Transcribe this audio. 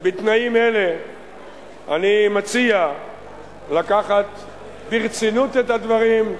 בתנאים אלה אני מציע לקחת ברצינות את הדברים,